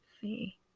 see